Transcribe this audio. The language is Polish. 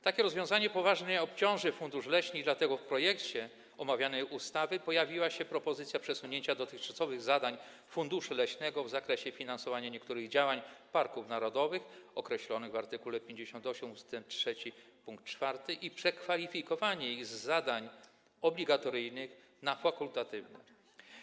Takie rozwiązanie poważnie obciąży fundusz leśny i dlatego w projekcie omawianej ustawy pojawiła się propozycja przesunięcia dotychczasowych zadań funduszu leśnego w zakresie finansowania niektórych działań parków narodowych określonych w art. 58 ust. 3 pkt 4 i przekwalifikowania ich z zadań obligatoryjnych na fakultatywne.